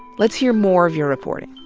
let's hear more of your reporting.